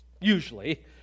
usually